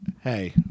Hey